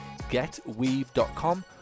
getweave.com